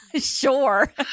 Sure